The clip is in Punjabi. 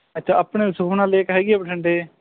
ਅੱਛਾ ਆਪਣੇ ਸੁਖ਼ਨਾ ਲੇਕ ਹੈਗੀ ਆ ਬਠਿੰਡੇ